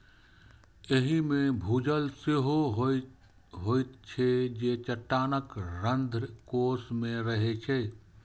एहि मे भूजल सेहो होइत छै, जे चट्टानक रंध्रकोश मे रहै छै